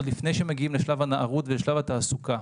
עוד לפני שמגיעים לשלב הנערות ולשלב התעסוקה.